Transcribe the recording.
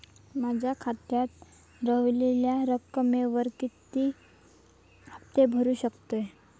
माझ्या खात्यात रव्हलेल्या रकमेवर मी किती हफ्ते भरू शकतय?